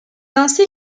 ainsi